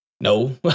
no